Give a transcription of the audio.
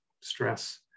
stress